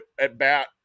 at-bat